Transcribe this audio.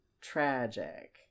tragic